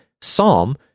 Psalm